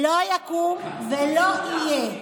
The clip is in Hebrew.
לא יקום ולא יהיה.